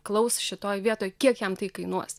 klaus šitoj vietoj kiek jam tai kainuos